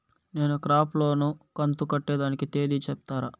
నేను crop loan కంతు కట్టేదానికి తేది సెప్తారా?